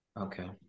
Okay